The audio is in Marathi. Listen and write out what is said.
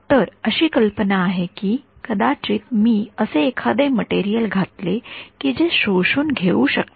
तर अशी कल्पना आहे की कदाचित मी असे एखादे मटेरियल घातले की जे शोषून घेऊ शकते